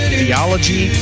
theology